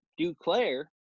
duclair